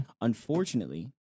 Unfortunately